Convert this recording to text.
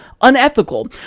unethical